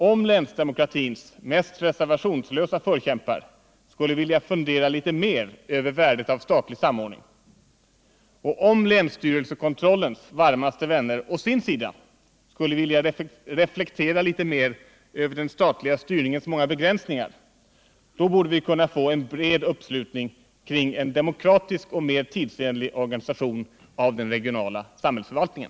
Om länsdemokratins mest reservationslösa förkämpar skulle vilja fundera litet mer över värdet av statligsamordning och om länsstyrelsekontrollens varmaste vänner å sin sida skulle vilja reflektera litet mer över den statliga styrningens många begränsningar, borde vi kunna få en bred uppslutning kring en demokratisk och mer tidsenlig organisation av den regionala samhällsförvaltningen.